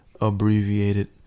abbreviated